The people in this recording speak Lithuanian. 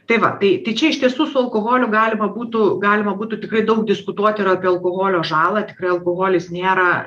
tai va tai čia iš tiesų su alkoholiu galima būtų galima būtų tikrai daug diskutuot ir apie alkoholio žalą tikrai alkoholis nėra